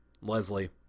Leslie